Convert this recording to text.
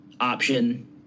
option